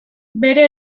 bere